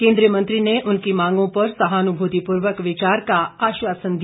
केंद्रीय मंत्री ने उनकी मांगों पर सहानुभूतिपूर्वक विचार का आश्वासन दिया